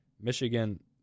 Michigan